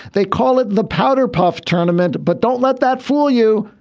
they call it the powder puff tournament but don't let that fool you.